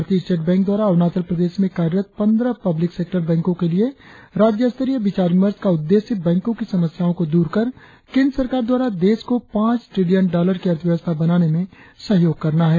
भारतीय state bank द्वारा अरुणाचल प्रदेश में कार्यरत पंद्रह पब्लिक सेक्टर बैंको के लिए राज्य स्तरीय विचार विमर्श का उद्देश्य बैंकों की समस्याओं को दूर कर केंद्र सरकार द्वारा देश को पांच ट्रिलियन डॉलर की अर्थव्यवस्था बनाने में सहयोग करना है